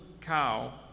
cow